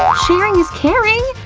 sharing is caring.